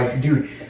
dude